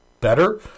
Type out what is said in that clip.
better